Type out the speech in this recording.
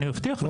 אני מבטיח לך.